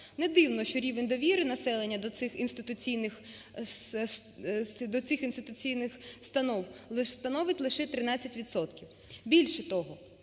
Не дивно, що рівень довіри населення до цих інституційних установ становить лише 13 відсотків.